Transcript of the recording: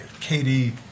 Katie